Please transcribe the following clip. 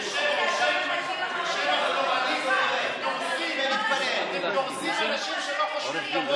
בשם הפלורליזם אתם דורסים אנשים שלא חושבים כמוכם.